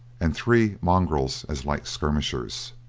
and three mongrels as light skirmishers.